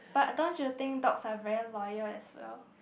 but don't you think dogs are very loyal as well